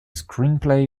screenplay